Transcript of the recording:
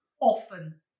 often